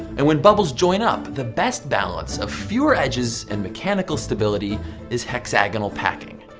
and when bubbles join up, the best balance of fewer edges and mechanical stability is hexagonal packing.